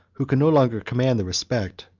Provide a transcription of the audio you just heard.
who could no longer command the respect,